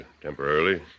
temporarily